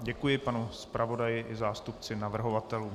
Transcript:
Děkuji panu zpravodaji i zástupci navrhovatelů.